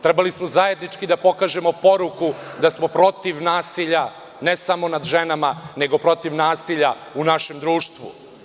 Trebali smo zajednički da pokažemo poruku da smo protiv nasilja, ne samo nad ženama, nego protiv nasilja u našem društvu.